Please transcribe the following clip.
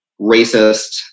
racist